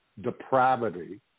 depravity